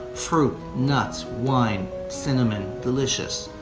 fruit, nuts, wine, cinnamon, delicious.